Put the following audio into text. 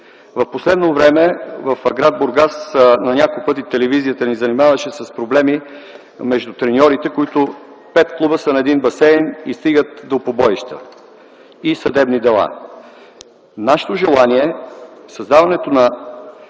В последно време в гр. Бургас на няколко пъти телевизията ни занимаваше с проблеми между треньорите, които 5 клуба са на един басейн и се стига до побоища и съдебни дела. Нашето желание е създаването на